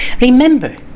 remember